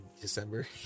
december